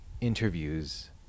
interviews